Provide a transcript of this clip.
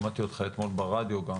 שמעתי אותך אתמול ברדיו.